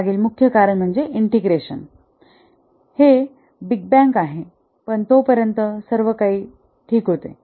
त्यामागील मुख्य कारण म्हणजे इंटिग्रेशन हे बिग बँग आहे पण तोपर्यंत सर्व काही ठीक होते